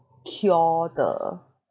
cure the